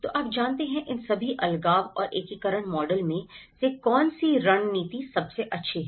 तो आप जानते हैं इन सभी अलगाव और एकीकरण मॉडल में से कौन सी रणनीति सबसे अच्छी है